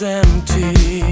empty